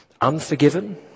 unforgiven